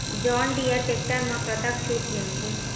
John Deere tractor म कतक छूट मिलथे?